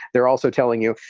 they're also telling you,